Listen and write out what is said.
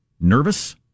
nervous